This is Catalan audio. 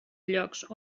llocs